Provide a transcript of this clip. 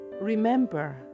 Remember